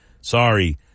sorry